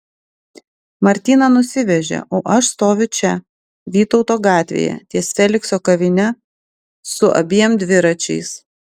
martyną nusivežė o aš stoviu čia vytauto gatvėje ties felikso kavine su abiem dviračiais